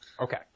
Okay